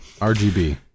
RGB